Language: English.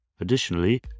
Additionally